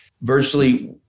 Virtually